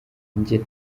njye